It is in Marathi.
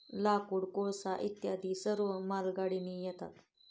लाकूड, कोळसा इत्यादी सर्व मालगाडीने येतात